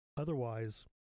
otherwise